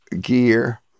gear